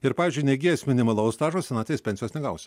ir pavyzdžiui neįgijęs minimalaus stažo senatvės pensijos negausiu